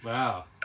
Wow